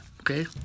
okay